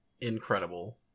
Incredible